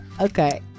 Okay